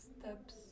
steps